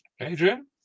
Adrian